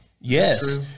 Yes